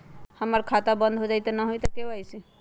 हमर खाता बंद होजाई न हुई त के.वाई.सी?